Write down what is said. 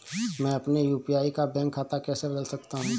मैं अपने यू.पी.आई का बैंक खाता कैसे बदल सकता हूँ?